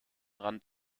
rand